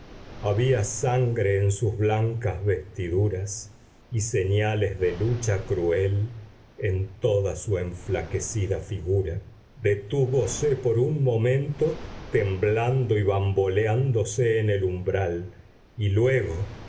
había sangre en sus blancas vestiduras y señales de lucha cruel en toda su enflaquecida figura detúvose por un momento temblando y bamboleándose en el umbral y luego